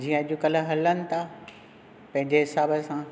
जीअं अॼु कल्ह हलनि था पंहिंजे हिसाबु सां